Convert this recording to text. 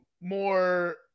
more